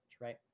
right